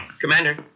Commander